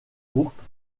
courtes